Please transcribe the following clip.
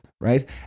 right